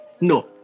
no